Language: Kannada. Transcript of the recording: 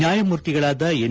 ನ್ಲಾಯಮೂರ್ತಿಗಳಾದ ಎನ್